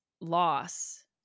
loss